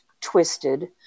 twisted